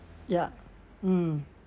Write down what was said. ya mm